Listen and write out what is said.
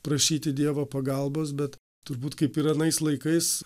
prašyti dievo pagalbos bet turbūt kaip ir anais laikais